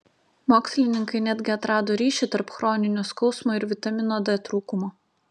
mokslininkai netgi atrado ryšį tarp chroninio skausmo ir vitamino d trūkumo